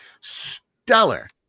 stellar